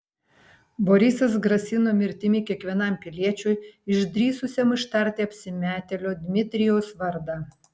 borisas grasino mirtimi kiekvienam piliečiui išdrįsusiam ištarti apsimetėlio dmitrijaus vardą